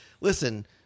Listen